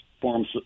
forms